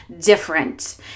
different